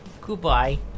Goodbye